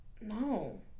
No